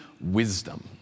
Wisdom